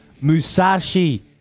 Musashi